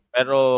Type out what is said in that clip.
Pero